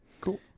cool